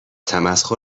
تمسخر